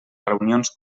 reunions